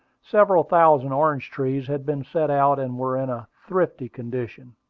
several thousand orange-trees had been set out, and were in a thrifty condition.